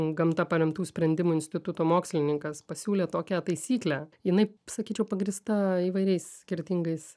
gamta paremtų sprendimų instituto mokslininkas pasiūlė tokią taisyklę jinai sakyčiau pagrįsta įvairiais skirtingais